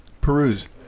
Peruse